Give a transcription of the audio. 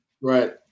Right